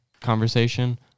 conversation